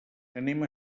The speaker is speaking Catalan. anem